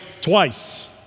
twice